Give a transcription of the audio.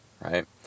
right